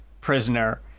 prisoner